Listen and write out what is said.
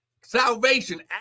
salvation